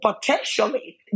potentially